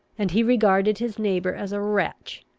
and he regarded his neighbour as a wretch,